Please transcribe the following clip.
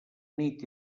nit